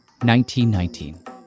1919